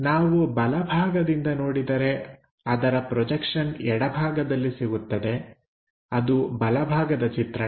ನಾವು ಬಲಭಾಗದಿಂದ ನೋಡಿದರೆ ಅದರ ಪ್ರೊಜೆಕ್ಷನ್ ಎಡಭಾಗದಲ್ಲಿ ಸಿಗುತ್ತದೆ ಅದು ಬಲಭಾಗದ ಚಿತ್ರಣ